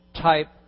type